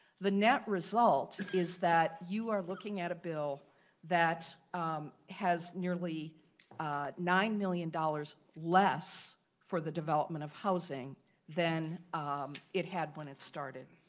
the net result is that you are looking at a bill that has nearly nine million dollars less for the development of housing down um it had when it started.